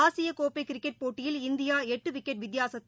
ஆசிய கோப்பை கிரிக்கெட் போட்டியில் இந்தியா எட்டு விக்கெட் வித்தியாசத்தில்